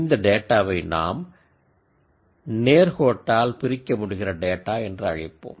இந்த டேட்டாவை நாம் நேர் கோட்டால் பிரிக்கமுடிகிற டேட்டா என்று அழைப்போம்